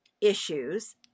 issues